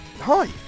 Hi